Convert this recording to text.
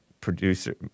producer